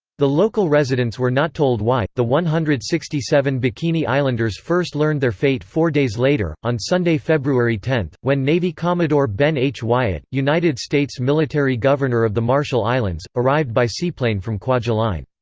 the local residents were not told why the one hundred and sixty seven bikini islanders first learned their fate four days later, on sunday, february ten, when navy commodore ben h. wyatt, united states military governor of the marshall islands, arrived by seaplane from kwajalein.